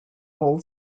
old